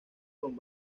con